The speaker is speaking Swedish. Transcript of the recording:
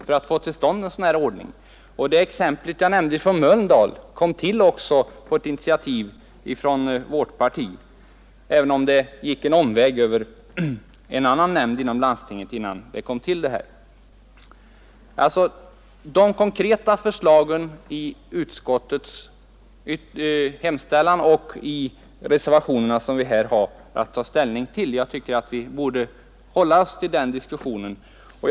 Det exempel som jag nämnde från Mölndal kom också till på initiativ från vårt parti, även om det gick en omväg över en nämnd inom landstinget. Det är alltså de konkreta förslagen i utskottets hemställan och i reservationerna som vi har att ta ställning till, och jag tycker att vi borde hålla oss till diskussionen om dem.